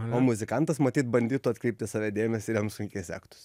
o muzikantas matyt bandytų atkreipti į save dėmesį ir jam sunkiai sektųs